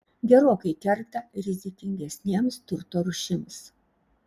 gerokai kerta rizikingesnėms turto rūšims